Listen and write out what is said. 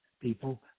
people